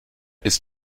ist